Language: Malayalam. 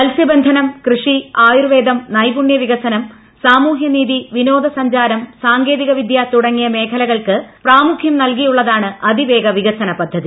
മത്സ്യബന്ധനം കൃഷി ആയുർവേദം നൈപുണ്യവികസനം സാമൂഹ്യ നീതി വിനോദസഞ്ചാരം സാങ്കേതിക വിദ്യ തുടങ്ങിയ മ്പ്ലകൾക്ക് പ്രാമുഖ്യം നൽകിയുള്ളതാണ് അതിവേഗ വിക്സ്ന്റ്രി ് പദ്ധതി